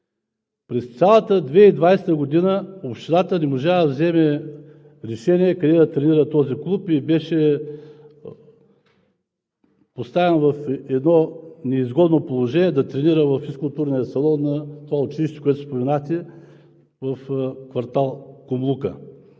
През цялата 2020 г. Общината не можа да вземе решение къде да тренира този клуб и беше поставен в неизгодно положение –да тренира във физкултурния салон на това училище, което споменавате, в квартал „Кумлука“.